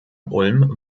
ulm